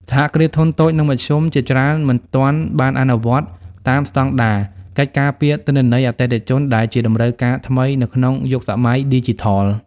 សហគ្រាសធុនតូច និងមធ្យម ជាច្រើនមិនទាន់បានអនុវត្តតាមស្ដង់ដារ "កិច្ចការពារទិន្នន័យអតិថិជន" ដែលជាតម្រូវការថ្មីនៅក្នុងយុគសម័យឌីជីថល។